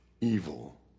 evil